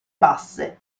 basse